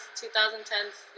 2010s